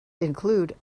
include